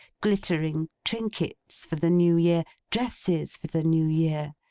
glittering trinkets for the new year, dresses for the new year,